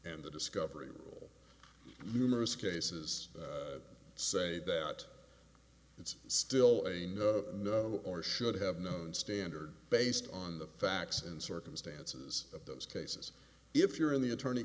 and the discovery rule numerous cases say that it's still a no no or should have known standard based on the facts and circumstances of those cases if you're in the attorney